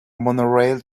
monorail